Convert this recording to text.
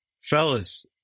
Fellas